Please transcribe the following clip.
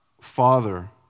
Father